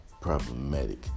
problematic